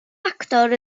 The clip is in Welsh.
actor